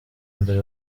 mbere